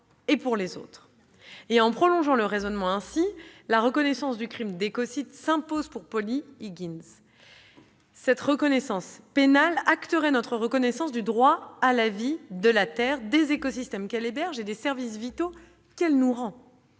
et pour les autres. En prolongeant le raisonnement, la reconnaissance du crime d'écocide s'impose donc, pour Polly Higgins. Cette reconnaissance pénale acterait notre reconnaissance d'un droit à la vie qui serait un droit de la Terre, protégeant les écosystèmes qu'elle héberge et les services vitaux qu'elle nous rend